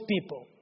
people